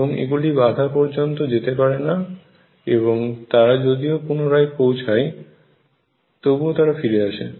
এবং এগুলি বাঁধা পর্যন্ত যেতে পারে না এবং তারা যদিও পুনরায় পৌঁছায় তবুও তারা ফিরে আসে